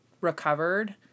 recovered